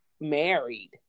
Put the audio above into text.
married